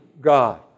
God